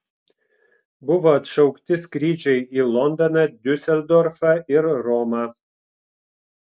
buvo atšaukti skrydžiai į londoną diuseldorfą ir romą